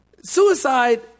suicide